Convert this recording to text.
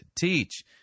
teach